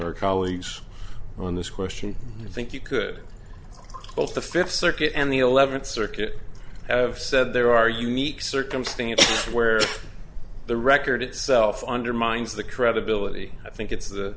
our colleagues on this question i think you could both the fifth circuit and the eleventh circuit have said there are unique circumstances where the record itself undermines the credibility i think it's the